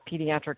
pediatric